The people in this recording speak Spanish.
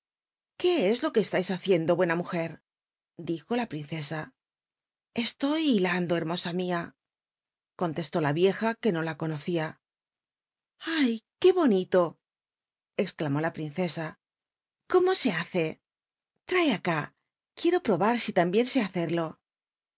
é e lo que ctais hacie ndo hnerht mujer dijo la prince a e to y hilando hermo sa mia contestó la vieja que no la conoc ía a qué bonito exclamó la princesa cómo se hatc trae acá quiero probar i lambien é hacerlo